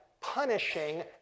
punishing